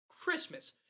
Christmas